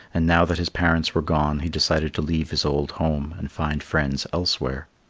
and now that his parents were gone, he decided to leave his old home and find friends elsewhere.